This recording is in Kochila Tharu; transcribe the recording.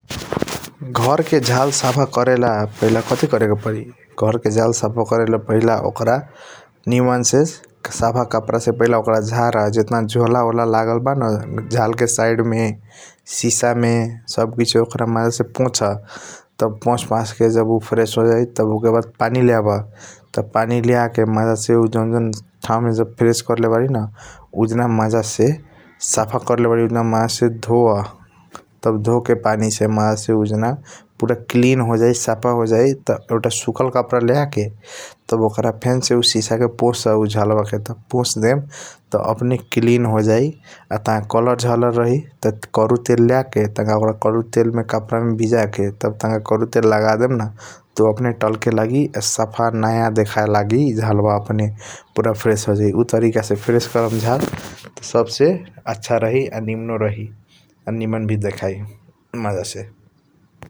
घर के झाल साफ करेल पहिला कथी करे के परी घर के झाल साफ करेला पहिला ओकर निमन से साफ कपड़ा से झारा पहिला ओकर जहर जताना झोला ऑयल । लगल बा न झाला के साइड मे सीसा मे सब कसियों ओकर मज़ा से पोष तब पोष पास के तब उ फ्रेश होजाईई तब उ के बाद पनि लेवाब तब मज़ा से जॉन जॉन ठाऊ फ्रेश करले बारी न । उजान मज़ा साफ करेले बारी उजान मज़ा से धोया तब धोके पनि से मज़ा से उजाना पूरा क्लीन होजई साफ होजई त एउटा सुखाल कपड़ा लेयके तब ओकर फेन से । उ सीसा झाल के पोष तब ओकर पोष देम त अपने क्लीन होजई आ टंक कलर झरल रही त करू तेल लेयके तनक ओकर करू तेल कपड़ा मे भिजाके तब तनक । करू तेल लगड़ें त अपने तालके लागि साफ नया देखेलगी झलवाल अपने पूरा फर्श होजई उ तरीका से फर्श कर्म त झाल पूरा आछ रही टंक निमनो देखाई मज़ा से ।